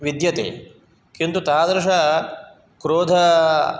विद्यते किन्तु तादृषक्रोध